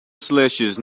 slashes